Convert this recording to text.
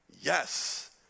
Yes